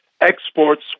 exports